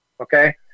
okay